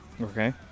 Okay